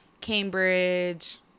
Cambridge